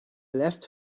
left